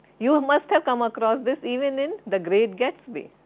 you and must have come across this even in the great gatsby,